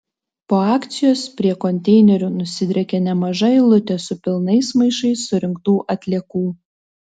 po akcijos prie konteinerių nusidriekė nemaža eilutė su pilnais maišais surinktų atliekų